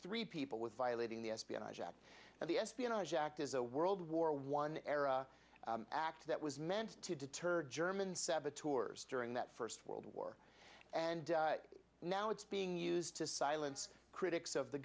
three people with violating the espionage act and the espionage act is a world war one era act that was meant to deter german saboteurs during that first world war and now it's being used to silence critics of the